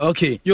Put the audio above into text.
Okay